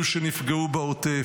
אלו שנפגעו בעוטף,